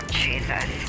jesus